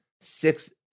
six